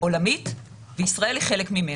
עולמית וישראל היא חלק ממנה.